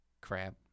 crap